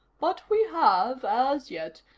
but we have, as yet,